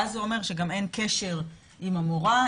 ואז זה אומר שגם אין קשר עם המורה,